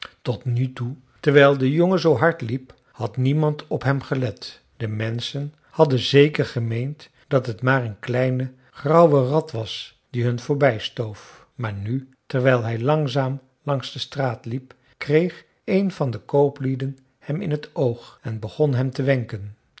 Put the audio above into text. tot nu toe terwijl de jongen zoo hard liep had niemand op hem gelet de menschen hadden zeker gemeend dat het maar een kleine grauwe rat was die hun voorbij stoof maar nu terwijl hij langzaam langs de straat liep kreeg een van de kooplieden hem in het oog en begon hem te wenken